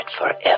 forever